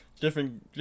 different